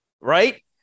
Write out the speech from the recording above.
Right